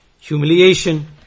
humiliation